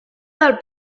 del